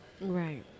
Right